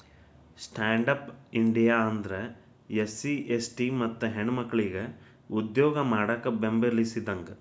stand up India ಅಂದ್ರ SC ST ಮತ್ತ ಹೆಣ್ಮಕ್ಕಳಿಗೆ ಉದ್ಯೋಗ ಮಾಡಾಕ ಬೆಂಬಲಿಸಿದಂಗ